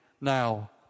now